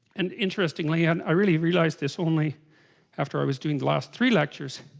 and interestingly and i really realized this only after i was doing last three lectures